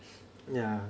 yeah